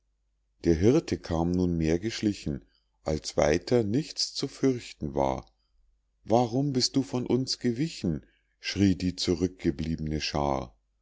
der hirte kam nunmehr geschlichen als weiter nichts zu fürchten war warum bist du von uns gewichen schrie die zurückgeblieb'ne schaar